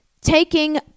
taking